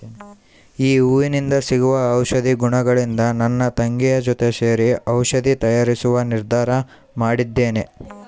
ಈ ಹೂವಿಂದ ಸಿಗುವ ಔಷಧಿ ಗುಣಗಳಿಂದ ನನ್ನ ತಂಗಿಯ ಜೊತೆ ಸೇರಿ ಔಷಧಿ ತಯಾರಿಸುವ ನಿರ್ಧಾರ ಮಾಡಿದ್ದೇನೆ